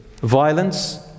Violence